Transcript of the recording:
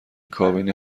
کابین